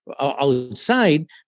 Outside